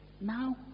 Now